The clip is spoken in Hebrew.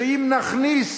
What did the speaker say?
שאם נכניס